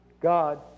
God